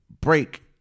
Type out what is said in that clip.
break